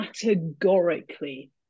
categorically